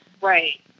right